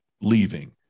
leaving